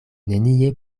nenie